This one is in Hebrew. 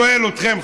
אני שואל אתכם,